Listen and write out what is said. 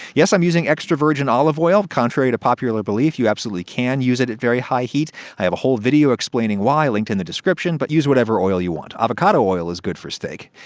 yes, i'm using extra virgin olive oil. contrary to popular belief, you absolutely can use it at very high heat i have a whole video explaining why linked in the description, but use whatever oil you want. avocado oil is good for steak.